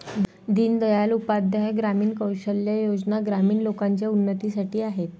दीन दयाल उपाध्याय ग्रामीण कौशल्या योजना ग्रामीण लोकांच्या उन्नतीसाठी आहेत